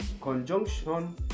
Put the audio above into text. conjunction